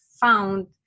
found